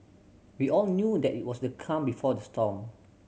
we all knew that it was the calm before the storm